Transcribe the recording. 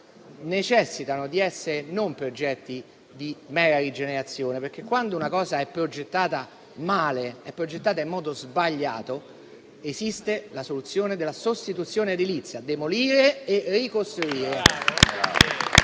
necessitano di essere non di mera rigenerazione; infatti, quando una cosa è progettata male o in modo sbagliato, esiste la soluzione della sostituzione edilizia: demolire e ricostruire.